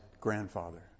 grandfather